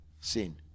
Sin